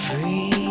free